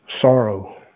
Sorrow